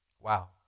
Wow